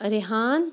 Rihan